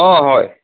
অ হয়